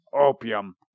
opium